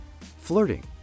flirting